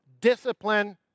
discipline